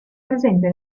presente